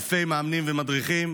אלפי מאמנים ומדריכים.